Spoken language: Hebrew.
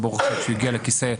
וברוך השם שהוא הגיע לכיסא.